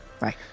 Right